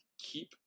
keep